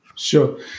Sure